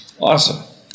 awesome